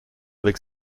avec